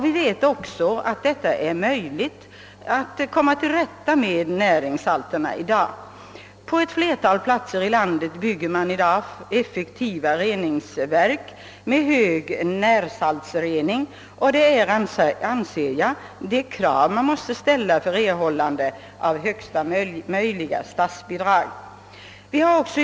Vi vet att det är möjligt att komma till rätta med närsalterna — på ett flertal platser i landet byggs i dag effektiva reningsverk med hög närsaltsrening. Att sådan närsaltsrening skall kunna ske bör enligt min mening vara ett krav för erhållande av högsta möjliga statsbidrag till byggande av reningsanläggningar.